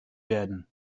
werden